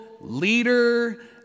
leader